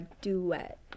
duet